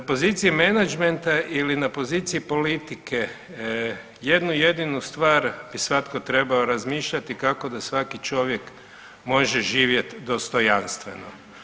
Na poziciji menadžmenta i na poziciji politike jednu jedinu stvar bi svatko trebao razmišljati kako da svaki čovjek može živjeti dostojanstveno.